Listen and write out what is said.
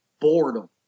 Boredom